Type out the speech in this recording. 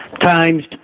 times